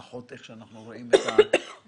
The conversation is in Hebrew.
לפחות איך שאנחנו רואים את הדברים.